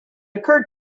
occurred